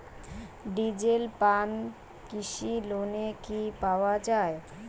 Diesel pump কৃষি লোনে কি পাওয়া য়ায়?